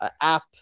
app